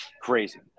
crazy